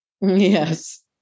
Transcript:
Yes